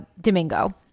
Domingo